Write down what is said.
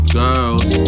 girls